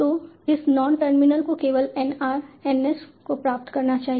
तो इस non terminal को केवल N r N s को प्राप्त करना चाहिए